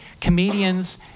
comedians